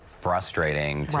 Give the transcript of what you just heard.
frustrating.